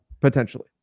Potentially